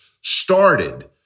started